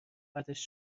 بعدش